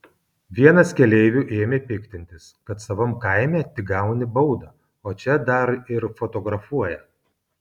vienas keleivių ėmė piktintis kad savam kaime tik gauni baudą o čia dar ir fotografuoja